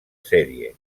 sèrie